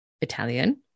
italian